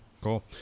cool